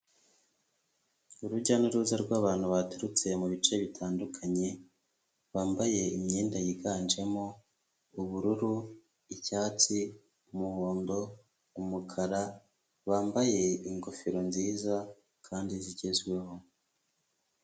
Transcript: Urujya n'uruza rw'abantu baturutse mu bice bitandukanye bambaye imyenda yiganjemo ubururu, icyatsi, umuhondo, umukara, bambaye ingofero nziza kandi zigezweho.